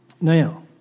Now